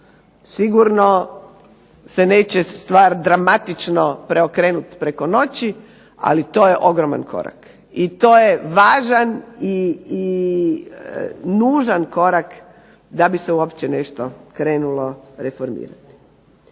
Sigurno se neće stvar dramatično preokrenuti preko noći, ali to je ogroman korak i to je važan i nužan korak da bi se uopće nešto krenulo reformirati.